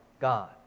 God